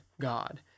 God